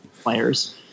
players